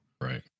right